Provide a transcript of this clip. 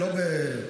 זה לא,